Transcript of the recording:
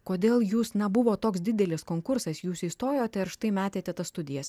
kodėl jūs na buvo toks didelis konkursas jūs įstojote ir štai metėte tas studijas